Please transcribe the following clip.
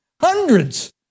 hundreds